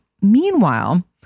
Meanwhile